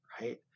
right